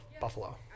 buffalo